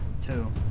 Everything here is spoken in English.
Two